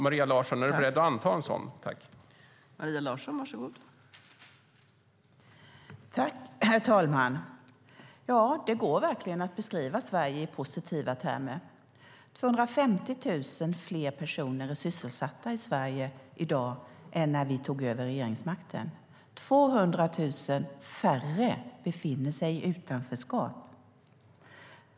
Är du beredd att anta en sådan, Maria Larsson?